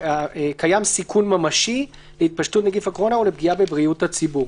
"קיים סיכון ממשי להתפשטות נגיף הקורונה או לפגיעה בבריאות הציבור,